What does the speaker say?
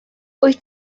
wyt